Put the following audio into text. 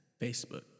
facebook